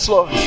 Lord